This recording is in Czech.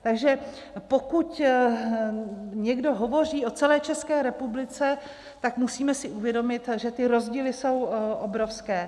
Takže pokud někdo hovoří o celé České republice, tak si musíme uvědomit, že ty rozdíly jsou obrovské.